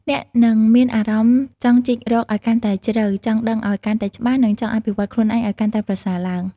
អ្នកនឹងមានអារម្មណ៍ចង់ជីករកឱ្យកាន់តែជ្រៅ ចង់ដឹងឱ្យកាន់តែច្បាស់ និងចង់អភិវឌ្ឍខ្លួនឯងឱ្យកាន់តែប្រសើរឡើង។